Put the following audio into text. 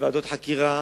וועדות חקירה